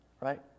Right